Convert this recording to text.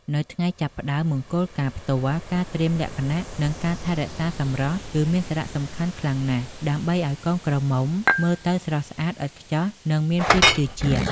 នៅថ្ងៃចាប់ផ្តើមមង្គលការផ្ទាល់ ការត្រៀមលក្ខណៈ និងការថែរក្សាសម្រស់គឺមានសារៈសំខាន់ខ្លាំងណាស់ ដើម្បីឱ្យកូនក្រមុំមើលទៅស្រស់ស្អាតឥតខ្ចោះ និងមានភាពជឿជាក់ ។